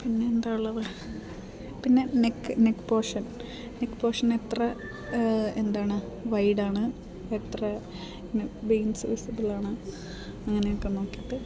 പിന്നെയെന്താ ഉള്ളത് പിന്നെ നെക്ക് നെക്ക് പോർഷൻ നെക്ക് പോർഷനെത്ര എന്താണ് വൈഡാണ് എത്ര നെക്ക് ബീൻസ്സ് വിസിബിളാണ് അങ്ങനെയൊക്കെ നോക്കിയിട്ട്